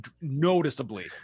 noticeably